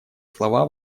слова